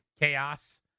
Chaos